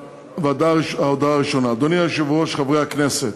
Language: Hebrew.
ההודעה הראשונה: אדוני היושב-ראש, חברי הכנסת,